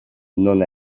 non